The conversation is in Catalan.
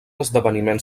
esdeveniment